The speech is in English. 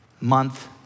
month